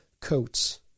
coats